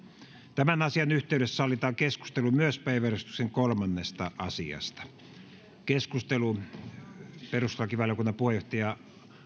tämän asian yhteydessä sallitaan keskustelu myös päiväjärjestyksen kolmannesta asiasta perustuslakivaliokunnan puheenjohtaja